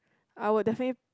I would definitely